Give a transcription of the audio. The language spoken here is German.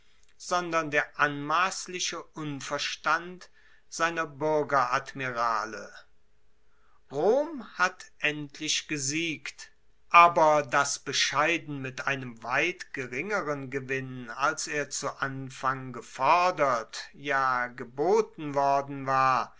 sondern der anmassliche unverstand seiner buergeradmirale rom hat endlich gesiegt aber das bescheiden mit einem weit geringeren gewinn als er zu anfang gefordert ja geboten worden war